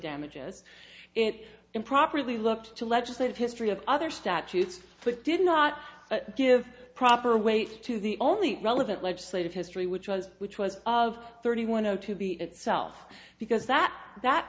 damages it improperly looked to legislative history of other statutes put did not give proper weight to the only relevant legislative history which was which was of thirty one zero to be itself because that that